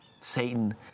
Satan